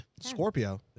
Scorpio